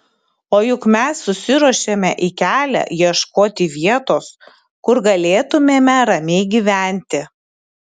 o juk mes susiruošėme į kelią ieškoti vietos kur galėtumėme ramiai gyventi